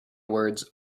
words